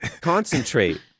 concentrate